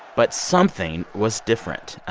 but something was different.